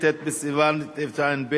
נגד, נמנעים,